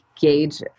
gauge